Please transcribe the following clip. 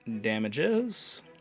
damages